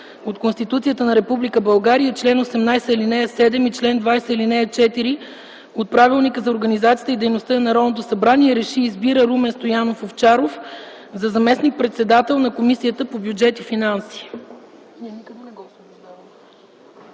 от Конституцията на Република България и чл. 18, ал. 7, чл. 20, ал. 4 от Правилника за организацията и дейността на Народното събрание РЕШИ: Избира Румен Стоянов Овчаров за заместник-председател на Комисията по бюджет и финанси.”